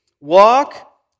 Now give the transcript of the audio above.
walk